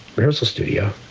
rehearsal studio.